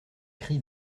cri